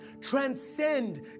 transcend